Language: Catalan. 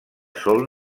sol